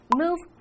move